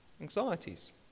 anxieties